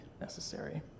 necessary